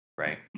right